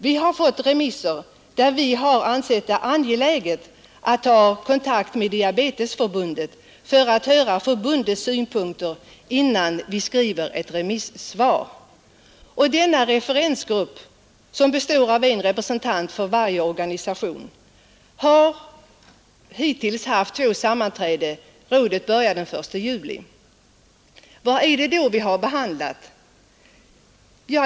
Vi har fått sådana remisser, i fråga om vilka vi ansett det angeläget att ta kontakt med Diabetesförbundet för att få höra förbundets synpunkter innan vi skriver ett remissvar, och denna kontakt har vi tagit. Referensgruppen, som består av en representant för varje organisation, har hittills haft två sammanträden — rådet började den 1 juli. Vad är det då vi har behandlat?